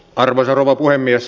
arvoisa puhemies